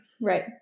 Right